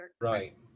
Right